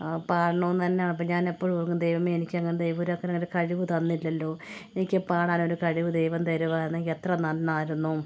ആ പാടണമെന്നുതന്നെ അപ്പം ഞാനെപ്പോഴും ഓർക്കും ദൈവമേ എനിക്കങ്ങനെ ദൈവം അങ്ങനെയൊരു കഴിവ് തന്നില്ലല്ലോ എനിക്ക് പാടാനൊരു കഴിവ് ദൈവം തരികയാണെങ്കിൽ എത്ര നന്നായിരുന്നു